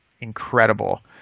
incredible